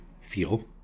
feel